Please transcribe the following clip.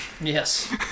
Yes